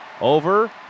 Over